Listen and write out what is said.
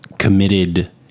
committed